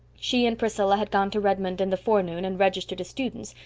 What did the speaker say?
she and priscilla had gone to redmond in the forenoon and registered as students,